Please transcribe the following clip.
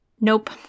nope